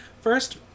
first